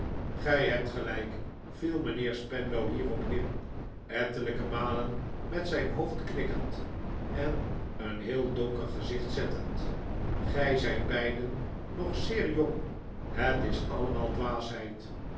gij hebt gelijk viel mijnheer spenlow hierop in ettelijke malen met zijn hoofd knikkend en een heel donker gezicht zettend gij zijt beiden nog zeer jong het is allemaal dwaasheid